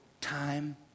time